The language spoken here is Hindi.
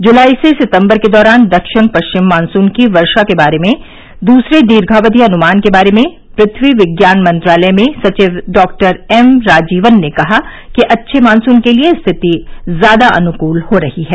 जुलाई से सितम्बर के दौरान दक्षिण पश्चिम मानसून की वर्षा के बारे में दूसरे दीर्घावधि अनुमान के बारे में पृथ्वी विज्ञान मंत्रालय में सचिव डॉक्टर एम राजीवन ने कहा कि अच्छे मानसून के लिए स्थिति ज्यादा अनुकूल हो रही है